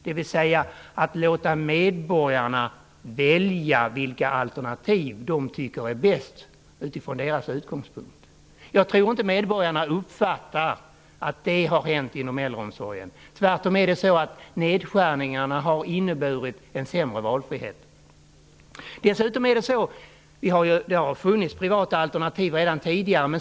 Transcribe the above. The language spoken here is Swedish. Man borde låta medborgarna välja vilka alternativ de tycker är bäst utifrån sina utgångspunkter. Jag tror inte att medborgarna uppfattar att det har hänt inom äldreomsorgen. Tvärtom har nedskärningarna inneburit sämre valfrihet. Det har funnits privata alternativ redan tidigare.